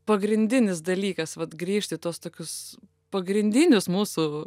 pagrindinis dalykas vat grįžti į tuos tokius pagrindinius mūsų